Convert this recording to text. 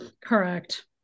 Correct